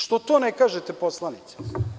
Zašto to ne kažete poslanicima?